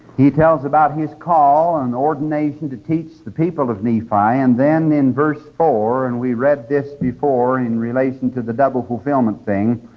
he tells about his call and ordination to teach the people of nephi, and then in verse four, and we read this before in relation to the double fulfillment thing.